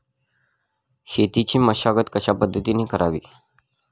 शेतीची मशागत कशापद्धतीने करावी?